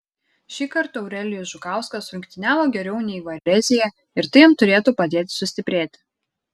šįkart eurelijus žukauskas rungtyniavo geriau nei varezėje ir tai jam turėtų padėti sustiprėti